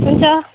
हुन्छ